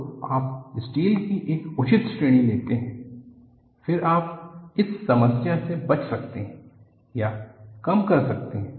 तो आप स्टील की एक उचित श्रेणी लेते हैं फिर आप इस समस्या से बच सकते हैं या कम कर सकते हैं